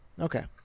Okay